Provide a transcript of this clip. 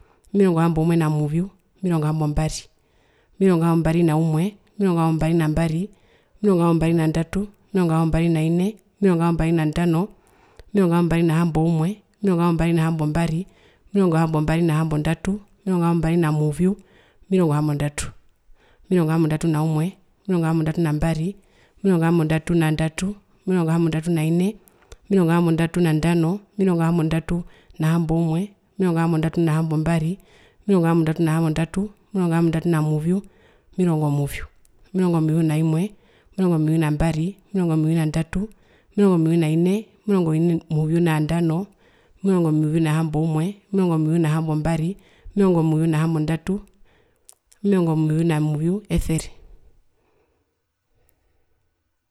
Omirongo hamboumwe na muvyu, omirongo hambombari, omirongo hambombari naumwe, omirongo hambombari na mbari, omirongo hambombari na ndatu, omirongo hambombari na ine, omirongo hambombari na ndano, omirongo hambombari na hamboumwe, omirongo hambombari na hambombari, omirongo hambombari na hambondatu, omirongo hambombari na muvyu, omirongo hambondatu. Omirongo hambondatu naumwe, omirongo hambondatu na mbari, omirongo hambondatu na ndatu, omirongo hambondatu na ine, omirongo hambondatu na ndano, omirongo hambondatu na hamboumwe, omirongo hambondatu na hambombari, omirongo hambondatu na hambondatu, omirongo hambondatu na muvyu, omirongo muvyu. Omirongomuvyu naimwe, omirongo muyvyu nambari, omirongo muvyu na ndatu, omirongo muvyu na ine, omirongo muvyu na ndano, omirongo muvyu na hamboumwe, omirongo muvyu na hambombari, omirongo muvyu na hambondatu, omirongo muvyu na muvyu, esere.